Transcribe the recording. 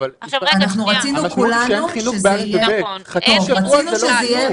רצינו כולנו שזה יהיה